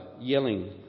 yelling